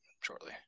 shortly